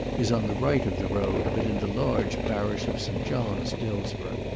is on the right of the road, but in the large parish of st. john's, dillsborough.